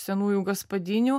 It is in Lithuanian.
senųjų gaspadinių